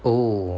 oh